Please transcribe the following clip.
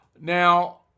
Now